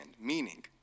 meaning